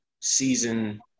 season